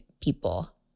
people